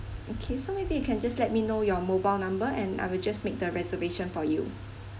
okay so maybe you can just let me know your mobile number and I will just make the reservation for you